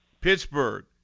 Pittsburgh